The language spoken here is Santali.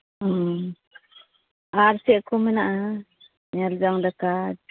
ᱦᱮᱸ ᱟᱨ ᱪᱮᱫ ᱠᱚ ᱢᱮᱱᱟᱜᱼᱟ ᱧᱮᱞ ᱡᱚᱝ ᱞᱮᱠᱟ